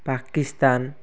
Pakistan